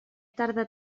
tarda